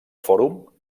fòrum